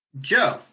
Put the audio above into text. Joe